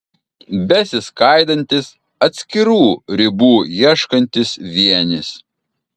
besiskaidantis atskirų ribų ieškantis vienis